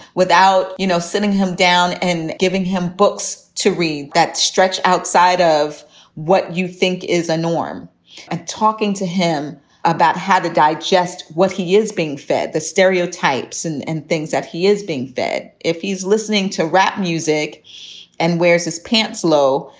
without you know sitting him down and giving him books to read that stretch outside of what you think is a norm and talking to him about how to digest what he is being fed, the stereotypes and and things that he is being fed, if he's listening to rap music and wears his pants low.